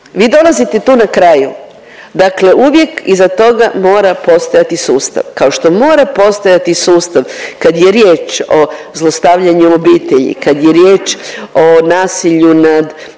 vi dolazite tu na kraju. Dakle uvijek iza toga mora postojati sustav, kao što mora postojati sustav kad je riječ o zlostavljanju u obitelji, kad je riječ o nasilju nad